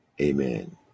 amen